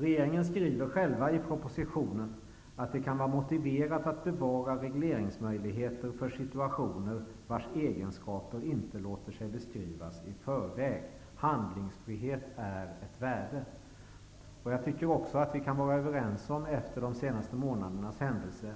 Regeringen skriver själv i propositionen: ''...det kan vara motiverat att bevara regleringsmöjligheter för situationer, vars egenskaper inte låter sig beskrivas i förväg. Handlingsfrihet är ett värde.'' Jag tycker också att vi efter de senaste månadernas händelser